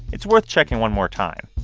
it's worth checking one more time.